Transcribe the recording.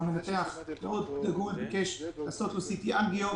המנתח ביקש לעשות לו CT אנגיו,